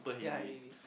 ya maybe